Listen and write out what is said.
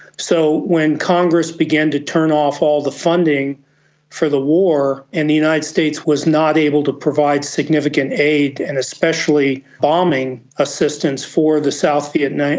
so when congress began to turn off all the funding for the war and the united states was not able to provide significant aid and especially bombing assistance for the south vietnamese,